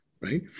right